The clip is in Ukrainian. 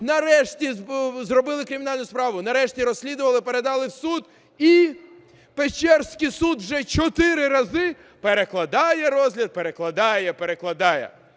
Нарешті, зробили кримінальну справу. Нарешті, розслідували, передали в суд. І… Печерський суд вже чотири рази перекладає розгляд, перекладає, перекладає.